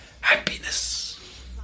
happiness